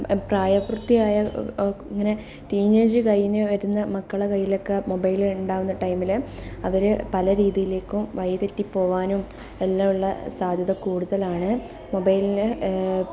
പ്രായപൂർത്തിയായ ഇങ്ങനെ ടീനേജ് കഴിഞ്ഞു വരുന്ന മക്കളുടെ കൈയിലൊക്കെ മൊബൈൽ ഉണ്ടാവുന്ന ടൈമിൽ അവർ പലരീതിയിലേക്കും വയിതെറ്റി പോവാനും എല്ലാമുള്ള സാധ്യത കൂടുതലാണ് മൊബൈലിൽ